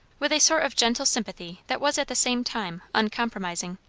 with a sort of gentle simplicity that was at the same time uncompromising,